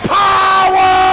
power